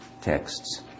texts